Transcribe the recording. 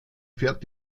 pferd